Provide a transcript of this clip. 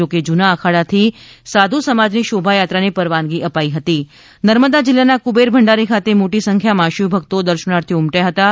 જો કે જૂના અખાડાથી સાધુ સમાજની શોભાયાત્રાને પરવાનગી અપાઈ હતી નર્મદા જિલ્લાનાં કુબેર ભંડારી ખાતે મોટી સંખ્યામં શિવભક્તો દર્શનાર્થી ઉમટ્યા હતાં